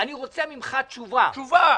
אני רוצה ממך תשובה -- תשובה.